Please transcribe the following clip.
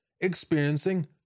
experiencing